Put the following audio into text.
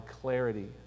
clarity